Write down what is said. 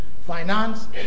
finance